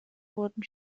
wurden